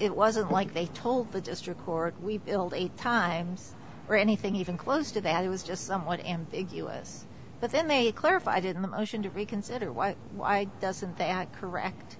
it wasn't like they told the district court we build eight times or anything even close to that it was just somewhat ambiguous but then they clarified in the motion to reconsider why why doesn't the ag correct